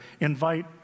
invite